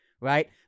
right